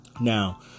Now